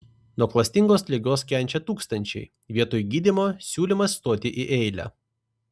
nuo klastingos ligos kenčia tūkstančiai vietoj gydymo siūlymas stoti į eilę